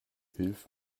hilf